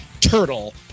turtle